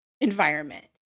environment